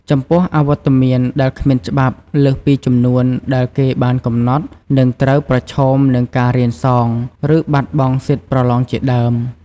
ចំពោះអវត្តមានដែលគ្មានច្បាប់ លើសពីចំនួនដែលគេបានកំណត់និងត្រូវ ប្រឈមនិងការរៀនសង ឬបាត់បង់សិទ្ធប្រឡងជាដើម។